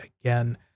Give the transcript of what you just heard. again